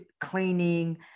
cleaning